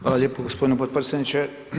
Hvala lijepo gospodine podpredsjedniče.